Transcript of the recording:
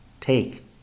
take